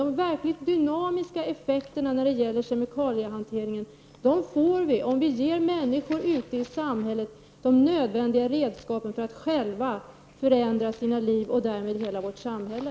De verkligt dynamiska effekterna i fråga om kemikaliehantering får vi om vi ger människor ute i samhället nödvändiga redskap för att själva förändra sina liv och därmed hela vårt samhälle.